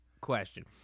question